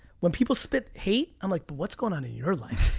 when people spit hate, i'm like, but what's going on in your life?